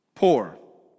Poor